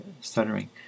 stuttering